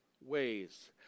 ways